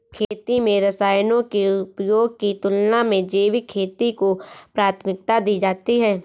खेती में रसायनों के उपयोग की तुलना में जैविक खेती को प्राथमिकता दी जाती है